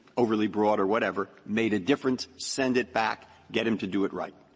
overly broad or whatever, made a difference, send it back, get him to do it right.